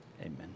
Amen